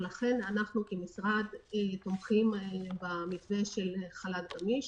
ולכן אנחנו כמשרד תומכים במתווה של חל"ת גמיש.